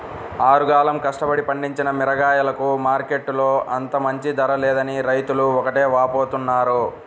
ఆరుగాలం కష్టపడి పండించిన మిరగాయలకు మార్కెట్టులో అంత మంచి ధర లేదని రైతులు ఒకటే వాపోతున్నారు